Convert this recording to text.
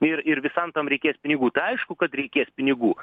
ir ir visam tam reikės pinigų tai aišku kad reikės pinigų